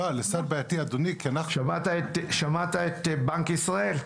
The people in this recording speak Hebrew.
זה סד בעייתי אדוני, כי --- שמעת את בנק ישראל?